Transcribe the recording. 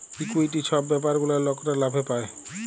equity ছব ব্যাপার গুলা লকরা লাভে পায়